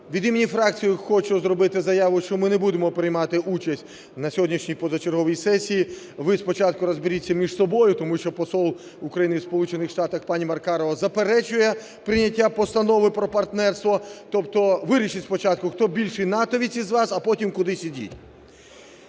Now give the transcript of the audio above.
Від імені фракції хочу зробити заяву, що ми не будемо приймати участь у сьогоднішній позачерговій сесії. Ви спочатку розберіться між собою, тому що посол України у Сполучених Штатах пані Маркарова заперечує прийняття постанови про партнерство. Тобто вирішіть спочатку, хто більший натовець із вас, а потім кудись ідіть.